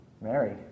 Mary